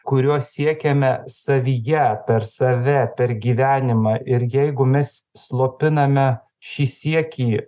kurio siekiame savyje per save per gyvenimą ir jeigu mes slopiname šį siekį